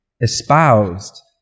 espoused